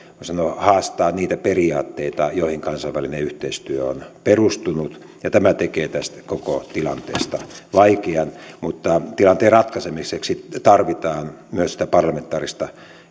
voi sanoa haastaa niitä periaatteita joihin kansainvälinen yhteistyö on perustunut tämä tekee tästä koko tilanteesta vaikean mutta tilanteen ratkaisemiseksi tarvitaan myös sitä parlamentaarista